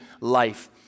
life